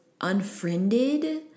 unfriended